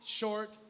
short